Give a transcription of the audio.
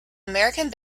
american